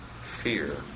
fear